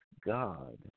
God